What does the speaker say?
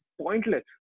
pointless